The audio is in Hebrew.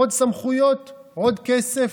עוד סמכויות, עוד כסף,